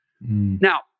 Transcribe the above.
now